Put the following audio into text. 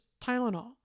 Tylenol